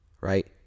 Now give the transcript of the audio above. right